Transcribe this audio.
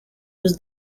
was